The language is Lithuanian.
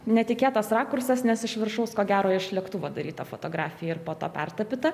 netikėtas rakursas nes iš viršaus ko gero iš lėktuvo daryta fotografija ir po to pertapyta